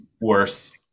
worse